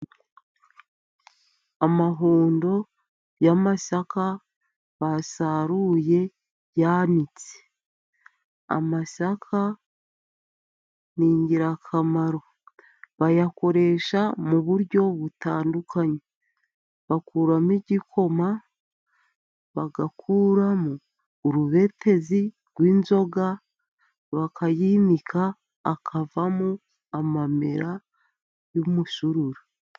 Amahundo y'amasaka basaruye yanitse. Amasaka ni ingirakamaro. Bayakoresha mu buryo butandukanye. Bakuramo igikoma, bagakuramo urubetezi rw'inzoga, bakayinika akavamo amamera y'umusururu.